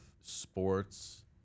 sports